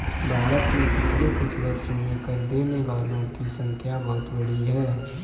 भारत में पिछले कुछ वर्षों में कर देने वालों की संख्या बहुत बढ़ी है